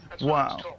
Wow